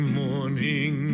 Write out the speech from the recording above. morning